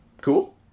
Cool